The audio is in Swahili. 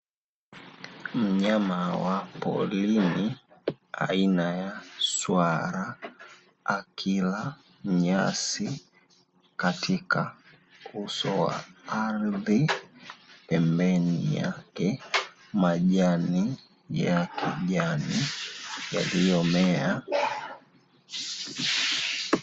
Mnyama wa porini aina ya swala akila nyasi katika uso wa ardhi, pembeni yake majani ya kijani yaliyomea.